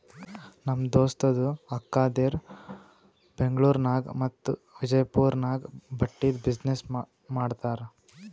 ನಮ್ ದೋಸ್ತದು ಅಕ್ಕಾದೇರು ಬೆಂಗ್ಳೂರ್ ನಾಗ್ ಮತ್ತ ವಿಜಯಪುರ್ ನಾಗ್ ಬಟ್ಟಿದ್ ಬಿಸಿನ್ನೆಸ್ ಮಾಡ್ತಾರ್